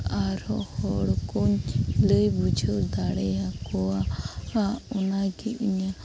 ᱟᱨ ᱦᱚᱸ ᱦᱚᱲ ᱠᱚ ᱞᱟᱹᱭ ᱵᱩᱡᱷᱟᱹᱣ ᱫᱟᱲᱮᱭᱟ ᱠᱚᱣᱟ ᱟᱨ ᱚᱱᱟ ᱜᱮ ᱤᱧᱟᱹᱜ